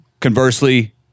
conversely